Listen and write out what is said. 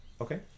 Okay